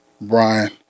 Brian